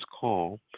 call